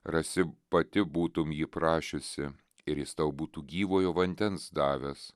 rasi pati būtum jį prašiusi ir jis tau būtų gyvojo vandens davęs